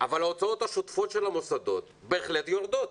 אבל ההוצאות השוטפות של המוסדות בהחלט יורדות,